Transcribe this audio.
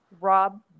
Rob